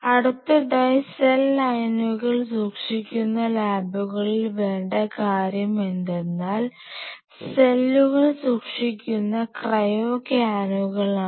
അടുത്തതായി സെൽ ലൈനുകൾ സൂക്ഷിക്കുന്ന ലാബുകളിൽ വേണ്ട കാര്യമെന്തെന്നാൽ സെല്ലുകൾ സൂക്ഷിക്കുന്ന ക്രയോക്യാനുകളാണ്